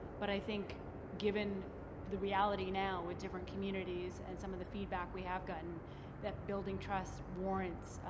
but i think given the reality now with different communities and some of the feedback we have gotten that building trust warrants